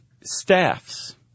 staffs